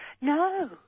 No